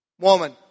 Woman